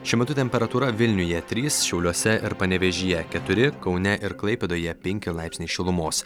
šiuo metu temperatūra vilniuje trys šiauliuose ir panevėžyje keturi kaune ir klaipėdoje penki laipsniai šilumos